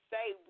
say